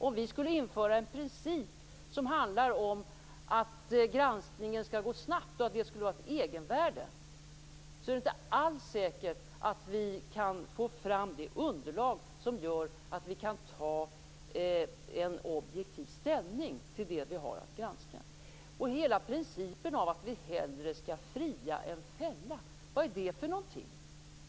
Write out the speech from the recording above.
Om vi skulle införa en princip som handlar om att granskningen skall gå snabbt och att det skulle ha ett egenvärde är det inte alls säkert att vi kan få fram det underlag som gör att vi kan ta en objektiv ställning till det vi har att granska. Att vi hellre skall fria än fälla - vad är det för en princip?